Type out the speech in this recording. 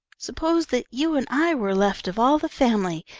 s'pose that you and i were left of all the family,